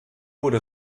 wurde